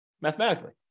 mathematically